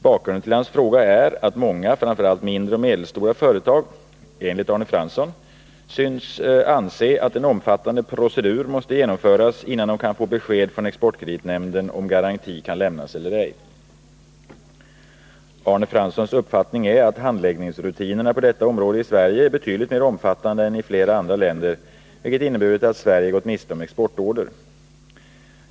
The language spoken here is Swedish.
Bakgrunden till Arne Franssons fråga är att många, framför allt mindre och medelstora företag, enligt Arne Fransson synes anse att en omfattande procedur måste genomföras, innan de kan få besked från exportkreditnämnden, om garanti kan lämnas eller ej. Arne Franssons uppfattning är att handläggningsrutinerna på detta område i Sverige är betydligt mer omfattande än i flera andra länder, vilket inneburit att Sverige gått miste om exportorder.